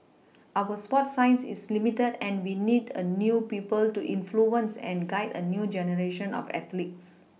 our sports science is limited and we need a new people to influence and guide a new generation of athletes